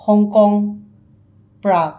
Hong Kong prague